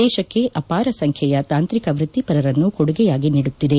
ದೇಶಕ್ಕೆ ಅಪಾರ ಸಂಖ್ಯೆಯ ತಾಂತ್ರಿಕ ವೃತ್ತಿಪರರನ್ನು ಕೊಡುಗೆಯಾಗಿ ನೀಡುತ್ತಿದೆ